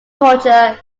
torture